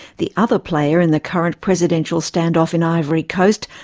the other player in the current presidential stand-off in ivory coast,